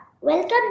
welcome